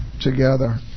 together